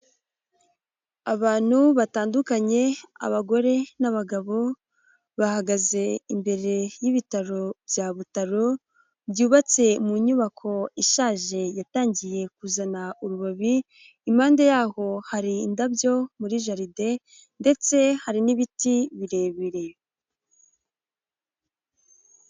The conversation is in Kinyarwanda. Abantu batandukanye, abagore n'abagabo, bahagaze imbere y'ibitaro bya Butaro, byubatse mu nyubako ishaje yatangiye kuzana urubobi, impande yaho hari indabyo muri jaride ndetse hari n'ibiti birebire.